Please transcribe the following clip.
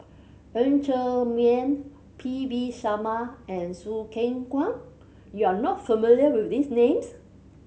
Ng Ser Miang P V Sharma and Choo Keng Kwang you are not familiar with these names